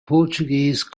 portuguese